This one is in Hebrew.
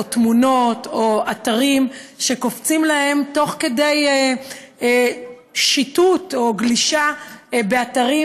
תמונות או אתרים שקופצים להם תוך כדי שיטוט או גלישה באתרים,